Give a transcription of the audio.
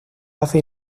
hace